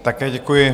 Také děkuji.